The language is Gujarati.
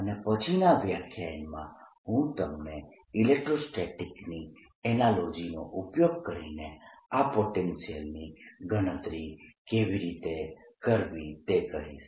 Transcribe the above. અને પછીનાં વ્યાખ્યાનમાં હું તમને ઇલેક્ટ્રોસ્ટેટિક્સ ની એનાલોજી નો ઉપયોગ કરીને આ પોટેન્શિયલ્સની ગણતરી કેવી રીતે કરવી તે કહીશ